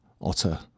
Otter